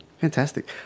Fantastic